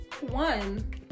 one